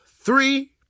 three